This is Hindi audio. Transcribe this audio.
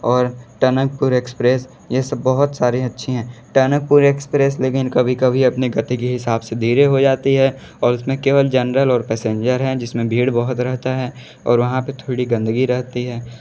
और टनकपुर एक्सप्रेस ये सब बहुत सारी अच्छी हैं टनकपुर एक्सप्रेस लेकिन कभी कभी अपने गति के हिसाब से धीरे हो जाती है और उसमें केवल जनरल और पैसेंजर है जिस में भीड़ बहुत रहती है और वहाँ पर थोड़ी गंदगी रहती है